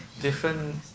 different